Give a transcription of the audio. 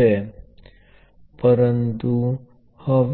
એક short circuit છે